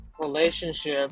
relationship